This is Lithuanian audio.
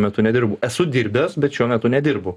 jokio nedirbu esu dirbęs bet šiuo metu nedirbu